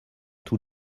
tous